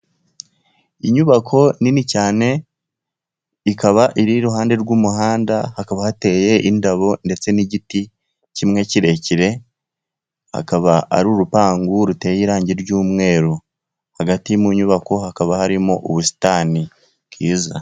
Inyubako nini cyane, ikaba iri iruhande rw'umuhanda, hakaba hateye indabo ndetse n'igiti kimwe kirekire, hakaba ari urupangu ruteye irangi ry'umweru. Hagati mu nyubako hakaba harimo ubusitani bwiza.